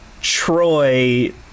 Troy